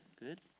good